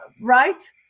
right